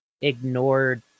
ignored